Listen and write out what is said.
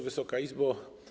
Wysoka Izbo!